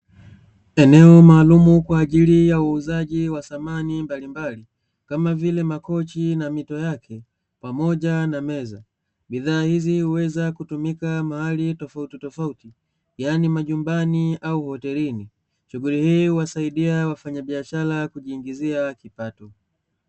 Eneo maalumu kwa ajili ya uuzaji wa samani mbalimbali kama vile makochi na mito yake pamoja na meza, bidhaa hizi huweza kutumika mahali tofautitofauti, yaani majumbani au hotelini shughuli hii husaidia wafanyabiashara kujipatia kipato.